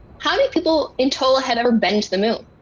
how many people in total had ever been to the moon?